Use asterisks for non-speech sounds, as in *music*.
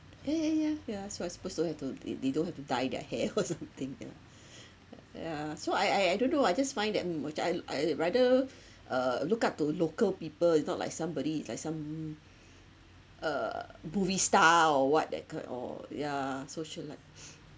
ya ya ya ya so I suppose don't have to th~ they don't have to dye their hair or *laughs* something ya *breath* yeah so I I I don't know I just find that mm which I I rather uh look up to local people is not like somebody is like some uh movie star or what that kind or yeah socialite *noise*